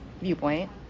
viewpoint